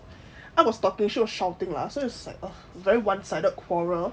I was talking she was shouting lah so it's like very one sided quarrel